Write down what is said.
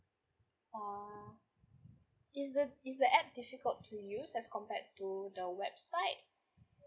oh is the is the app difficult to use as compared to the website